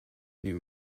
new